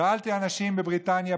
שאלתי אנשים בבריטניה,